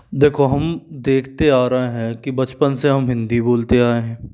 देखो हम देखते आ रहे हैं कि बचपन से हम हिंदी बोलते आए हैं